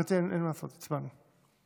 אין מה לעשות, הצבענו.